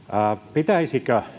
pitäisikö